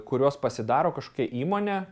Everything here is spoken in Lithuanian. kuriuos pasidaro kažkokia įmonė